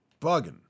Bugging